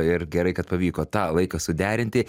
ir gerai kad pavyko tą laiką suderinti